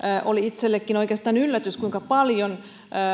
oli itsellenikin oikeastaan yllätys kuinka paljon